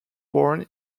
born